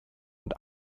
und